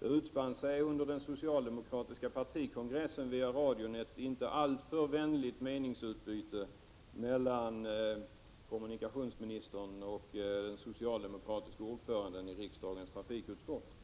Det VISpanj sig under Öresdsor RR den socialdemokratiska partikongressen via radion ett inte alltför vänligt bindelserna meningsutbyte mellan kommunikationsministern och den socialdemokratiska ordföranden i riksdagens trafikutskott.